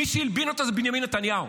מי שהלבין אותו זה בנימין נתניהו.